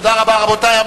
תודה רבה, רבותי.